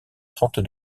trente